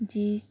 جی